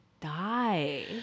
die